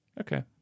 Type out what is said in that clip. Okay